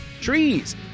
trees